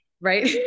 Right